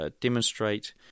demonstrate